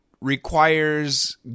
requires